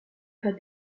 pas